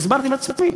הסברתי בעצמי,